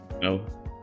No